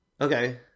Okay